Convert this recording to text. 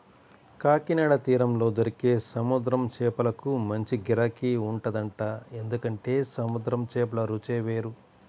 కాకినాడ తీరంలో దొరికే సముద్రం చేపలకు మంచి గిరాకీ ఉంటదంట, ఎందుకంటే సముద్రం చేపల రుచే వేరు